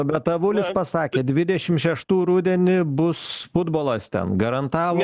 bet avulis pasakė du šeštų rudenį bus futbolas ten garantavo